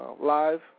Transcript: live